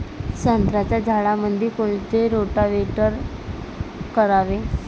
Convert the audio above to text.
संत्र्याच्या झाडामंदी कोनचे रोटावेटर करावे?